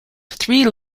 three